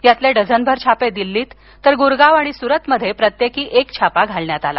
यातील डझनभर छापे दिल्लीत गुरगाव आणि सुरतमध्ये प्रत्येकी एक छापा घालण्यात आला